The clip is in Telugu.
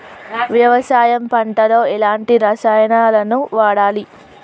వ్యవసాయం పంట లో ఎలాంటి రసాయనాలను వాడాలి?